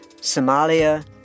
Somalia